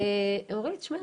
הם אומרים לי 'תשמעי,